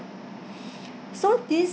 so this